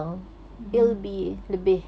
mm mm